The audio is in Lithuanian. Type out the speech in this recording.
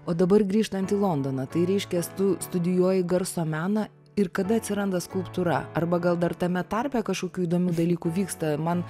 o dabar grįžtant į londoną tai reiškias tu studijuoji garso meną ir kada atsiranda skulptūra arba gal dar tame tarpe kažkokių įdomių dalykų vyksta man